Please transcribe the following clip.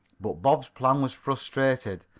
but bob's plan was frustrated.